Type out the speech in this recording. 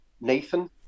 Nathan